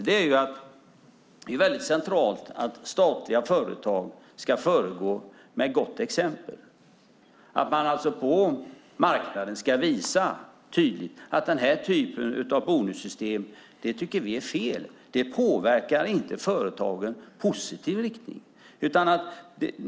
Det är nämligen centralt att statliga företag ska föregå med gott exempel. Man ska visa tydligt på marknaden att vi tycker att denna typ av bonussystem är fel. Det påverkar inte företagen i positiv riktning.